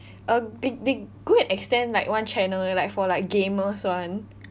uh they they go and extend like one channel like for like gamers [one]